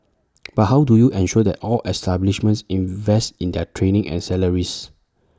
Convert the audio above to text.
but how do you ensure that all establishments invest in their training and salaries